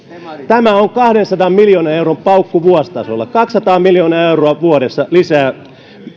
tämä on kahdensadan miljoonan euron paukku vuositasolla kaksisataa miljoonaa euroa vuodessa